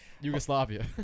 Yugoslavia